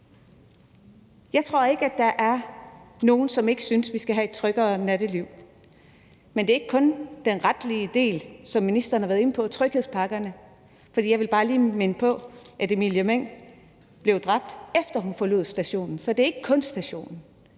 Jeg tror ikke, at der er nogen, som ikke synes, vi skal have et tryggere natteliv. Men det er ikke kun den retlige del, som ministeren var inde på, med tryghedspakkerne. For jeg vil bare lige minde om, at Emilie Meng blev dræbt, efter hun forlod stationen. Så det er ikke kun stationen.